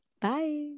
Bye